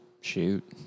Shoot